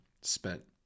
spent